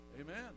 Amen